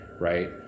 right